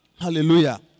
Hallelujah